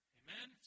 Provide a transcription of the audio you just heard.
amen